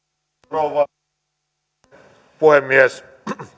rouva puhemies